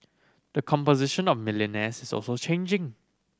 the composition of millionaires is also changing